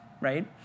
right